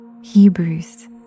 hebrews